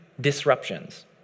disruptions